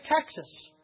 Texas